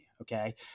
Okay